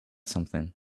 something